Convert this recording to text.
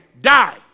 die